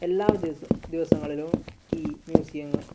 എല്ലാ ദിവസം ദിവസങ്ങളിലും ഈ മ്യൂസിയം